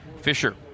Fisher